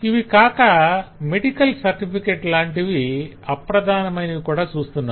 ఇవికాక medical certificate లాంటి అప్రధానమైనవి కూడా చూస్తున్నాం